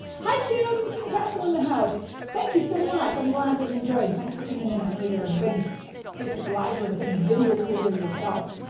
hi kim, kim castle in the house. thank you so much. i'm glad that you enjoyed. thanks for tuning in. i know you're a big facebook liver and a big video creator yourself.